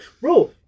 bro